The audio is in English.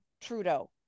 Trudeau